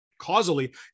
causally